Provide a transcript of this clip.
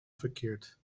verkeerd